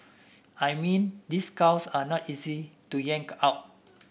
I mean these cows are not easy to yank out